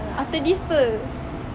after this [pe]